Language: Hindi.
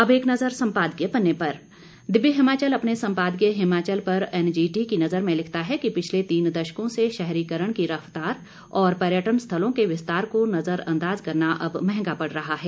अब एक नज़र सम्पादकीय पन्ने पर दिव्य हिमाचल अपने संपादकीय हिमाचल पर एनजीटी की नजर में लिखता है कि पिछले तीन दशकों से शहरीकरण की रफ्तार और पर्यटन स्थलों के विस्तार को नज़रअंदाज करना अब महंगा पड़ रहा है